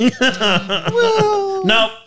No